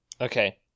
Okay